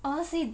honestly